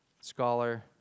scholar